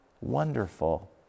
wonderful